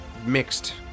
Mixed